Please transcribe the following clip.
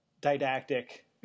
didactic